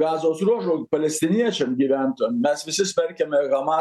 gazos ruožo palestiniečiam gyventojam mes visi smerkiame hamas